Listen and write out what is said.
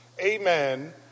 amen